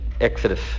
Exodus